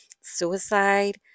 suicide